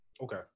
Okay